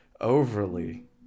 overly